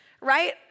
right